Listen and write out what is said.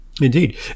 Indeed